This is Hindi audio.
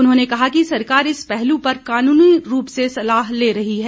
उन्होंने कहा कि सरकार इस पहलू पर कानूनी रूप से सलाह ले रही है